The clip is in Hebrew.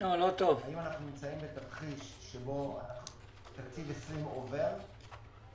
האם אנחנו בתרחיש שבו תקציב 2020 עובר,